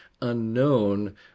unknown